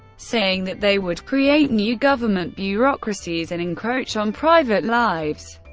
saying that they would create new government bureaucracies and encroach on private lives.